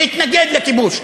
להתנגד לכיבוש,